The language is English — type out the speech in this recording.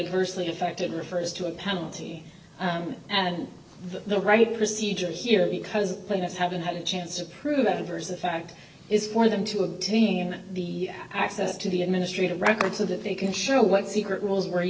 adversely affected refers to a penalty and the right procedure here because plaintiffs haven't had a chance to prove that there is the fact is for them to obtain the access to the administrative records of that they can show what secret rules were